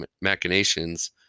machinations